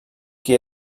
qui